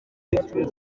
jenoside